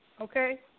okay